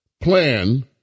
plan